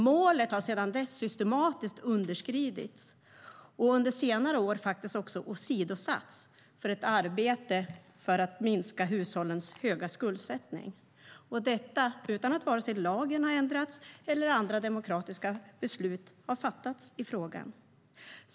Målet har sedan dess systematiskt underskridits, och under senare år faktiskt också åsidosatts, för ett arbete för att minska hushållens höga skuldsättning, och detta utan att vare sig lagen har ändrats eller andra demokratiska beslut har fattats i frågan.